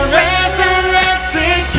resurrected